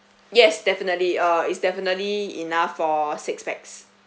yes definitely uh it's definitely enough for six pax